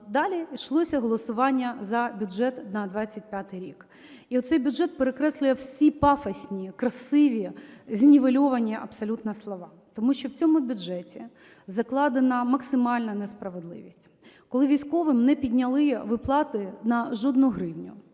далі йшлося голосування за бюджет на 2025 рік. І оцей бюджет перекреслює всі пафосні красиві знівельовані абсолютно слова, тому що в цьому бюджеті закладена максимальна несправедливість, коли військовим не підняли виплати на жодну гривню,